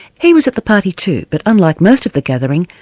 he was at the party too, but unlike most of the gathering,